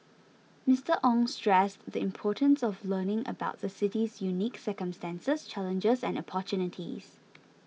Mister Ong stressed the importance of learning about the city's unique circumstances challenges and opportunities